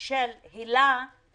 של היל"ה